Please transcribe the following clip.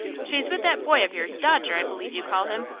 she's with that boy of yours dodger, i believe you call him.